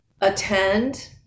attend